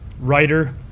writer